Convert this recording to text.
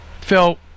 Phil